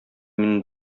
мине